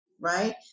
Right